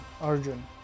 Arjun